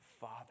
father